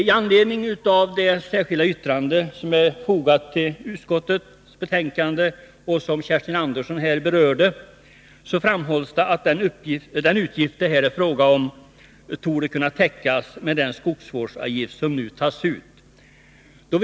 I anledning av det särskilda yttrande som är fogat till utskottets betänkande och som Kerstin Andersson här berörde framhålls att den utgift det här är fråga om torde kunna täckas med den skogsvårdsavgift som nu tas ut.